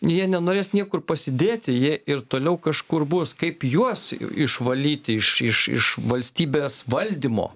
jie nenorės niekur pasidėti jie ir toliau kažkur bus kaip juos išvalyti iš iš iš valstybės valdymo